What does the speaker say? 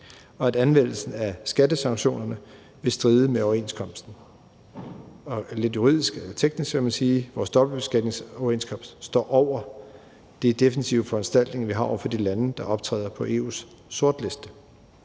og at anvendelsen af skattesanktionerne vil stride imod overenskomsten. Lidt juridisk og teknisk kan man sige, at vores dobbeltbeskatningsoverenskomst står over de defensive foranstaltninger, som vi har over for de lande, der optræder på EU's sortliste.